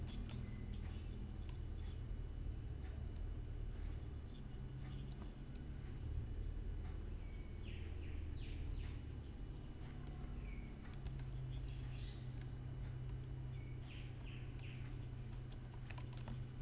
ya